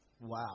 Wow